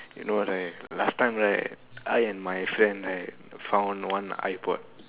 you know right last time right I and my friend right found one iPod